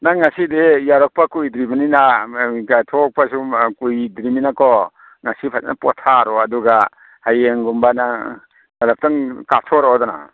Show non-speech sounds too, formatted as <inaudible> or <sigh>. ꯅꯪ ꯉꯁꯤꯗꯤ ꯌꯧꯔꯛꯄ ꯀꯨꯏꯗ꯭ꯔꯤꯕꯅꯤꯅ ꯊꯣꯛꯄꯁꯨ ꯑꯥ ꯀꯨꯏꯗ꯭ꯔꯤꯃꯤꯅꯀꯣ ꯉꯁꯤ ꯐꯖꯅ ꯄꯣꯊꯥꯔꯣ ꯑꯗꯨꯒ ꯍꯌꯦꯡꯒꯨꯝꯕ ꯅꯪ <unintelligible> ꯀꯥꯞꯊꯣꯔꯣꯗꯅ